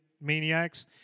maniacs